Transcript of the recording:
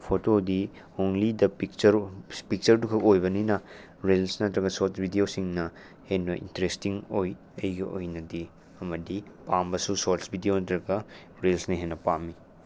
ꯐꯣꯇꯣꯗꯤ only the picture ꯄꯤꯛꯆꯔꯗꯨ ꯈꯛ ꯑꯣꯏꯕꯅꯤꯅ ꯔꯤꯜꯁ ꯅꯠꯇꯔꯒ ꯁꯣꯔꯠꯁ ꯚꯤꯗꯤꯌꯣꯁꯤꯡꯅ ꯍꯦꯟꯅ ꯏꯟꯇꯔꯦꯁꯇꯤꯡ ꯑꯣꯏ ꯑꯩꯒꯤ ꯑꯣꯏꯅꯗꯤ ꯑꯃꯗꯤ ꯄꯥꯝꯕꯗꯤ ꯁꯣꯔꯠꯁ ꯚꯤꯗꯤꯌꯣ ꯅꯠꯇꯔꯒ ꯔꯤꯜꯁꯅ ꯍꯦꯟꯅ ꯄꯥꯝꯃꯤ